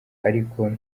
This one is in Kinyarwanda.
ariko